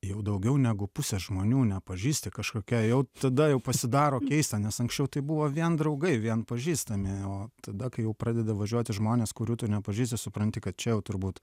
jau daugiau negu pusę žmonių nepažįsti kažkokia jau tada jau pasidaro keista nes anksčiau tai buvo vien draugai vien pažįstami o tada kai jau pradeda važiuoti žmonės kurių tu nepažįsti supranti kad čia turbūt